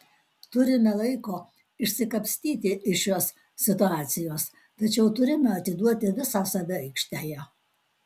turime laiko išsikapstyti iš šios situacijos tačiau turime atiduoti visą save aikštėje